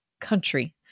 country